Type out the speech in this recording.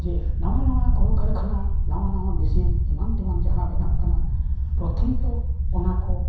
ᱡᱮ ᱱᱟᱣᱟᱼᱱᱟᱣᱟ ᱠᱚᱞᱼᱠᱟᱨᱠᱷᱟᱱᱟ ᱱᱟᱣᱟᱼᱱᱟᱣᱟ ᱮᱢᱟᱱᱼᱛᱮᱢᱟᱱ ᱡᱟᱦᱟᱸ ᱵᱮᱱᱟᱜ ᱠᱟᱱᱟ ᱯᱨᱚᱛᱷᱚᱢᱚᱛᱚ ᱚᱱᱟ ᱠᱚ